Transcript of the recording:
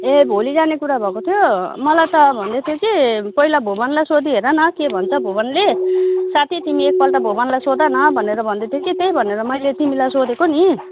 ए भोलि जाने कुरा भएको थियो मलाई त भन्दैथ्यो कि पहिला भुवनलाई सोधिहेर न के भन्छ भुवनले साथी तिमी एकपल्ट भुवनलाई सोध न भनेर भन्दैथियो त्यही भनेर मैले तिमीलाई सोधेको नि